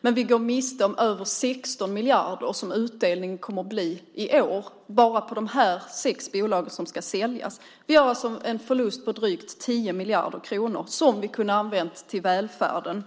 Men vi går miste om över 16 miljarder som utdelningen kommer att bli i år på bara de sex bolag som ska säljas. Vi har alltså en förlust på drygt 10 miljarder kronor som vi skulle ha kunnat använda till välfärden.